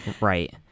Right